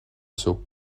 saut